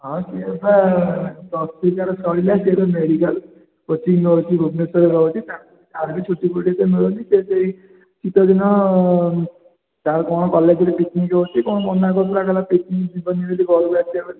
ହଁ ସିଏପା plus three ତା'ର ସରିଲା ସେ ଏବେ ମେଡ଼ିକାଲ କୋଚିଂ ନଉଚି ଭୁବନେଶ୍ୱରରେ ରହୁଛି ତା'ର ବି ଛୁଟି ଫୁଟି ଏତେ ମିଳୁନି ସିଏ ତ ଏଇ ଶୀତଦିନ ତା'ର କ'ଣ କଲେଜରେ ପିକ୍ନିକ୍ ହେଉଛି କ'ଣ ମନା କରୁଥିଲା ନିକି ଯିବନି ବୋଲି କହୁଥିଲା